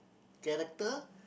character